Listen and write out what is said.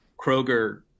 Kroger